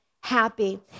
happy